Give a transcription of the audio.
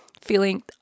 feeling